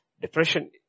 Depression